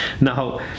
Now